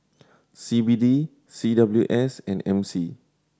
C B D C W S and M C